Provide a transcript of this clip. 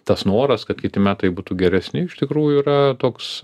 tas noras kad kiti metai būtų geresni iš tikrųjų yra toks